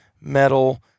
metal